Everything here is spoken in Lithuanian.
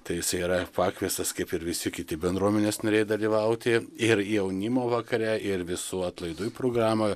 tai jisai yra pakviestas kaip ir visi kiti bendruomenės nariai dalyvauti ir jaunimo vakare ir visų atlaidų programoj